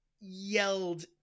yelled